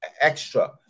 extra